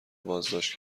بازداشت